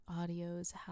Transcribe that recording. audios